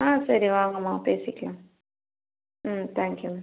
ஆ சரி வாங்கம்மா பேசிக்கலாம் ம் தேங்க் யூ